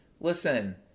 listen